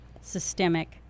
systemic